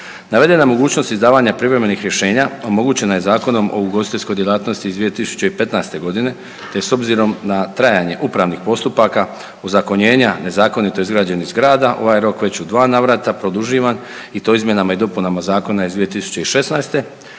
Navedena mogućnost izdavanja privremenih rješenja omogućena je Zakonom o ugostiteljskoj djelatnosti iz 2015. godine te s obzirom na trajanje upravnih postupaka, ozakonjenja nezakonito izgrađenih zgrada ovaj rok je već u dva navrata produživan i to izmjenama i dopunama zakona iz 2016. do